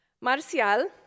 Marcial